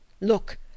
Look